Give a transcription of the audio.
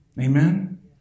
Amen